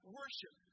worship